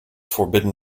forbidden